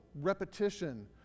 repetition